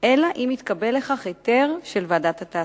אלא אם כן התקבל לכך היתר של ועדת התעסוקה.